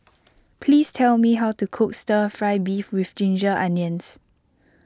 please tell me how to cook Stir Fry Beef with Ginger Onions